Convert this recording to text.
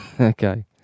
Okay